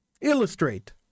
illustrate